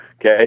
okay